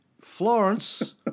Florence